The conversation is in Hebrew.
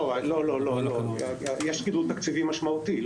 לא, בוודאי יש גידול תקציבי משמעותי.